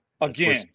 Again